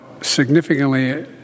significantly